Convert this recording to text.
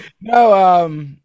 no